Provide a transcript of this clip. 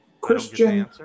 Christian